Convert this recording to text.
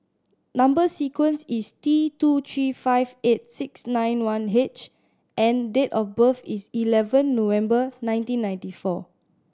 number sequence is T two three five eight six nine one H and date of birth is eleven November nineteen ninety four